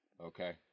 okay